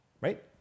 right